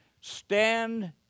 stand